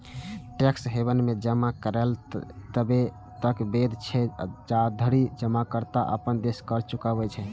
tax haven मे जमा करनाय तबे तक वैध छै, जाधरि जमाकर्ता अपन देशक कर चुकबै छै